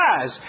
guys